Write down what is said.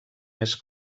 més